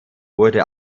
wurde